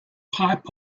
pipe